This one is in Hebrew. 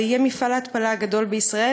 זה יהיה מפעל ההתפלה הגדול בישראל,